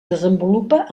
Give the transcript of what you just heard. desenvolupa